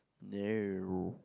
no